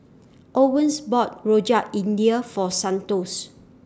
Owens bought Rojak India For Santos